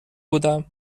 بودم